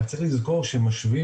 רק צריך לזכור שכשמשווים,